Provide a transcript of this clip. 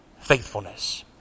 faithfulness